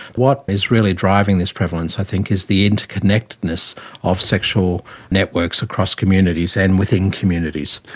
what is really driving this prevalence i think is the interconnectedness of sexual networks across communities and within communities.